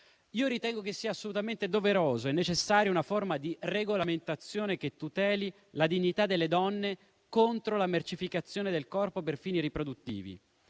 Ritengo che sia assolutamente doverosa e necessaria una forma di regolamentazione che tuteli la dignità delle donne contro la mercificazione del corpo per fini riproduttivi,